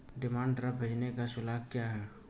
Demand draft भेजने का शुल्क क्या है?